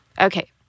Okay